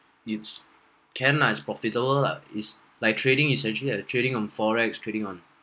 it's can lah it's profitable lah it's like trading it's actually yeah trading on forex trading on